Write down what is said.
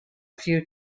few